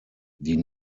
die